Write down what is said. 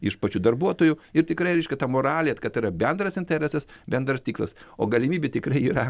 iš pačių darbuotojų ir tikrai reiškia ta moralė kad tai yra bendras interesas bendras tikslas o galimybių tikrai yra